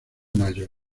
mayo